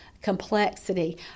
complexity